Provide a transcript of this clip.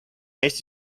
eesti